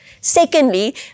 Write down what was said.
Secondly